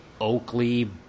Oakley